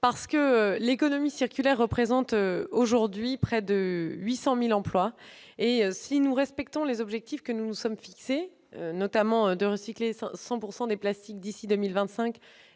L'économie circulaire représente aujourd'hui près de 800 000 emplois. Si nous respectons les objectifs que nous nous sommes fixés, notamment celui de recycler 100 % des plastiques et de